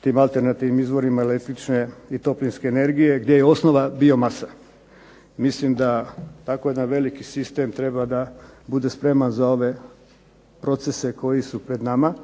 tim alternativnim izvorima električne i toplinske energije gdje je osnova bio masa. Mislim da tako jedan veliki sistem treba da bude spreman za procese koji su pred nama